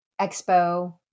Expo